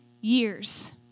years